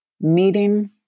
meeting